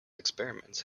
experiments